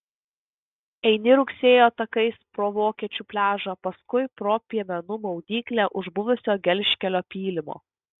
eini rugsėjo takais pro vokiečių pliažą paskui pro piemenų maudyklę už buvusio gelžkelio pylimo